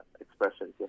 expressions